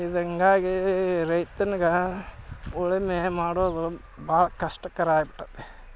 ಇದು ಹಂಗಾಗಿ ರೈತನ್ಗೆ ಉಳುಮೆ ಮಾಡೋದು ಭಾಳ ಕಷ್ಟಕರ ಆಗಿಬಿಟೈತಿ